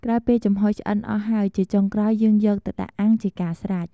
ក្រោយពេលចំហុយឆ្អិនអស់ហើយ ជាចុងក្រោយយើងយកទៅដាក់អាំង ជាការស្រេច។